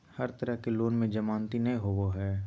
हर तरह के लोन में जमानती नय होबो हइ